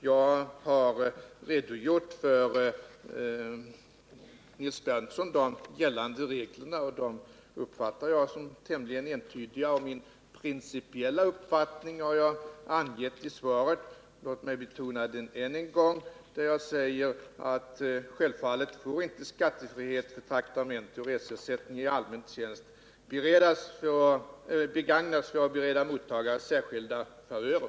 Jag har redogjort för de gällande reglerna, och dem uppfattar jag som tämligen entydiga. Min principiella uppfattning har jag angivit i svaret, och låt mig betona den än en gång: Självfallet får inte skattefrihet för traktamente och reseersättning i allmän tjänst begagnas för att bereda mottagare särskilda favörer.